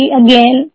again